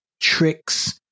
tricks